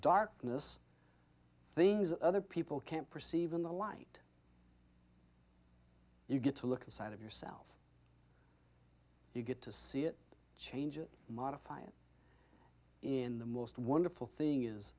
darkness things that other people can't perceive in the light you get to look inside of yourself you get to see it change it modify it in the most wonderful thing is